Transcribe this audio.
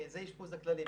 זה האשפוז הכללי.